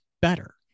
better